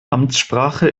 amtssprache